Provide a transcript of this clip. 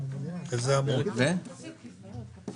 עד כמה מורכב בכלל כל הנושא הזה של מיסוי שותפויות